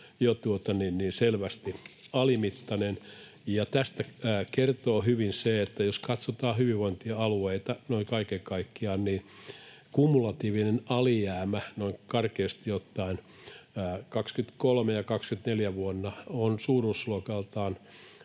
jo selvästi alimittainen. Tästä kertoo hyvin se, että jos katsotaan hyvinvointialueita noin kaiken kaikkiaan, niin kumulatiivinen alijäämä, noin karkeasti ottaen, vuosina 23 ja 24 on suuruusluokaltaan